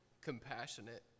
compassionate